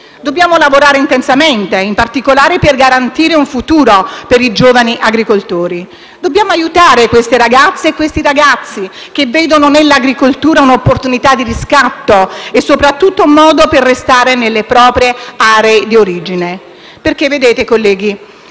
Dobbiamo lavorare intensamente, in particolare per garantire un futuro ai giovani agricoltori. Dobbiamo aiutare queste ragazze e questi ragazzi che vedono nell'agricoltura un'opportunità di riscatto e soprattutto un modo per restare nelle proprie aree di origine. Infatti, colleghi,